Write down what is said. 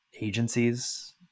agencies